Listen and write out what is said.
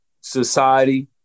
society